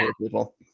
people